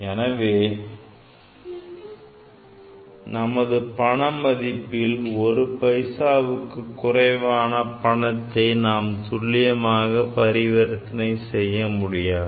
எனவே நமது பண மதிப்பில் ஒரு பைசாவுக்கு குறைவான பணத்தை நாம் துல்லியமாக பரிவர்த்தனை செய்ய முடியாது